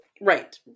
right